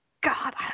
god